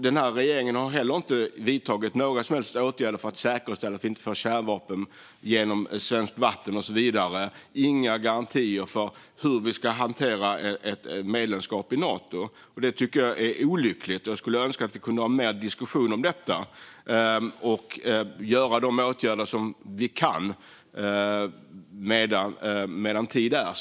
Den här regeringen har inte heller vidtagit några som helst åtgärder för att säkerställa att kärnvapen inte kommer att föras genom svenska vatten, och så vidare. Det finns inga garantier för hur vi ska hantera ett medlemskap i Nato. Det är olyckligt. Jag skulle önska att vi kunde ha mer diskussioner om detta och vidta de åtgärder vi kan medan tid är.